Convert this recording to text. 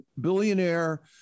billionaire